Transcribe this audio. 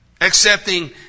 accepting